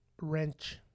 Wrench